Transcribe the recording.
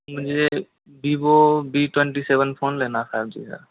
मुझे Vivo V twenty seven phone लेना था जी सर